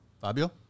Fabio